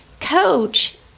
coach